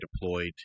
deployed